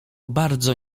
bardzo